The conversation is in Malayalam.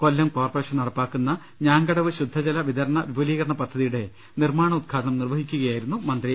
കൊല്ലം കോർപ്പറേഷൻ നടപ്പാക്കുന്ന ഞാങ്കടവ് ശുദ്ധജല വിതരണ വിപുലീകരണ പദ്ധതിയുടെ നിർമാണോദ്ഘാടനം നിർവഹിക്കുകയായിരുന്നു അദ്ദേഹം